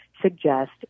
suggest